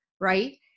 Right